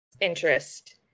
interest